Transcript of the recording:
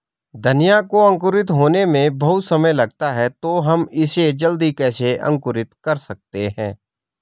धनिया को अंकुरित होने में बहुत समय लगता है तो हम इसे जल्दी कैसे अंकुरित कर सकते हैं?